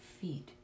feet